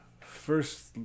first